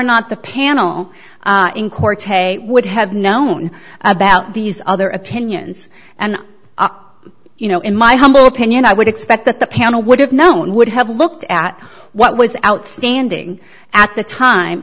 not the panel in court today would have known about these other opinions and you know in my humble opinion i would expect that the panel would have known would have looked at what was outstanding at the time